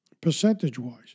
percentage-wise